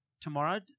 tomorrow